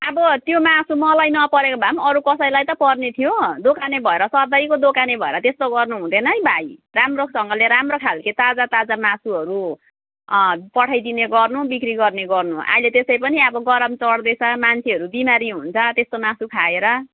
अब त्यो मासु मलाई न परेको भए अरू कसैलाई त पर्ने थियो दोकाने भएर सधैँको दोकाने भएर त्यस्तो गर्नु हुँदैनै भाइ राम्रोसँगले राम्रो खाल्के ताजा ताजा मासुहरू अँ पठाइदिने गर्नु बिक्री गर्ने गर्नु अहिले त्यसै पनि अब गरम चढ्दै छ मान्छेहरू बिमारी हुन्छ त्यस्तो मासु खाएर